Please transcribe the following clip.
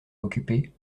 occupée